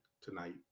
tonight